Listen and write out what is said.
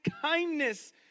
kindness